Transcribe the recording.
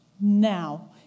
Now